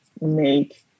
make